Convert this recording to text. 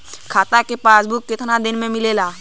खाता के पासबुक कितना दिन में मिलेला?